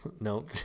No